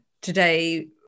today